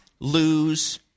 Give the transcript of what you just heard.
lose